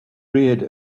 reared